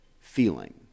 feeling